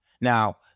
Now